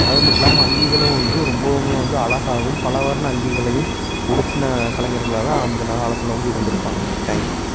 அதுமட்டும் இல்லாமல் அங்கிகளும் வந்து ரொம்பவும் வந்து அழகாகவும் பல வர்ண அங்கிகளையும் உடுத்தின கலைஞர்களாக தான் அந்த காலத்தில் வந்து இருந்திருப்பாங்க தேங்க்யூ